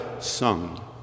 sung